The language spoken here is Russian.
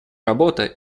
работа